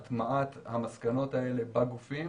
הטמעת המסקנות האלה בגופים,